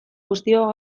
guztiok